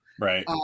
Right